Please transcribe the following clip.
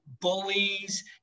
bullies